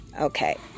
Okay